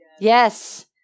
Yes